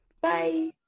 Bye